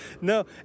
no